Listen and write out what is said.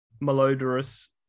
malodorous